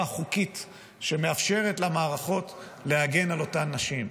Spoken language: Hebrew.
החוקית שמאפשרת למערכות להגן על אותן נשים.